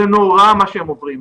זה נורא מה שהם עוברים.